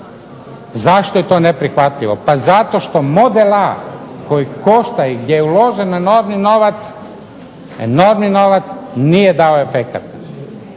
Zašto je to neprihvatljivo? Pa zato što model A, koji košta i gdje je uložen enormni novac nije dao efekata.